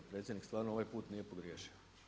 Predsjednik stvarno ovaj puta nije pogriješio.